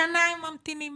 שנה הם ממתינים